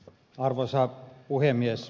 arvoisa puhemies